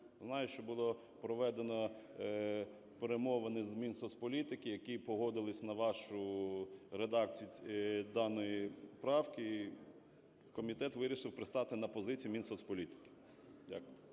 знаю, що було проведено перемовини з Мінсоцполітики, які погодились на вашу редакцію даної правки, і комітет вирішив пристати на позицію Мінсоцполітики. Дякую.